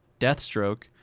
Deathstroke